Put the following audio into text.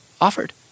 offered